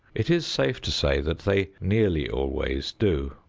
it is safe to say that they nearly always do.